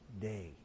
day